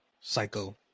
psycho